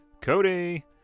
Cody